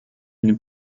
une